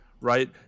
right